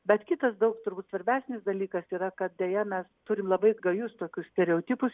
bet kitas daug turbūt svarbesnis dalykas yra kad deja mes turim labai gajus tokius stereotipus